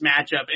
matchup